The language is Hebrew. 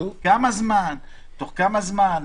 תוך כמה זמן?